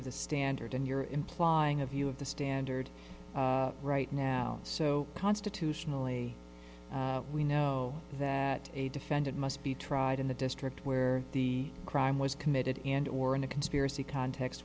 of the standard and you're implying a view of the standard right now so constitutionally we know that a defendant must be tried in a district where the crime was committed and or in a conspiracy context